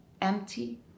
empty